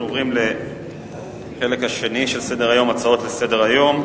אנחנו עוברים לחלק השלישי של סדר-היום: הצעות לסדר-היום.